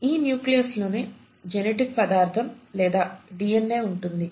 ఈ నూక్లియస్ లోనే జెనెటిక్ పదార్ధం లేదా డిఎన్ఏ ఉంటుంది